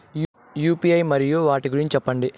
UPI మరియు వాటి గురించి సెప్పండి?